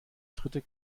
dritte